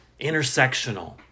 intersectional